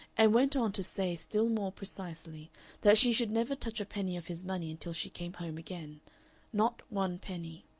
and went on to say still more precisely that she should never touch a penny of his money until she came home again not one penny.